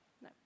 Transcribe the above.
No